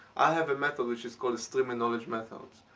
i have a method which is called streaming knowledge method.